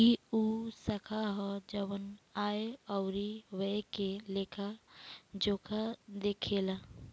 ई उ शाखा ह जवन आय अउरी व्यय के लेखा जोखा देखेला